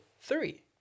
three